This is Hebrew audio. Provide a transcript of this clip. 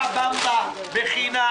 בבקשה במבה בחינם.